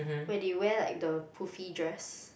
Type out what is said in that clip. where they wear like the poofy dress